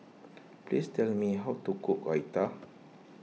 please tell me how to cook Raita